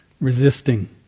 resisting